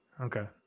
Okay